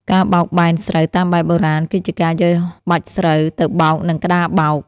ការបោកបែនស្រូវតាមបែបបុរាណ គឺជាការយកបាច់ស្រូវទៅបោកនឹងក្តារបោក។